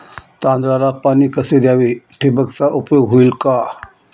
तांदळाला पाणी कसे द्यावे? ठिबकचा उपयोग होईल का?